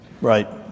Right